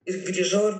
ir grįžau